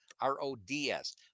R-O-D-S